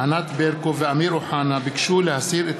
ענת ברקו ואמיר אוחנה ביקשו להסיר את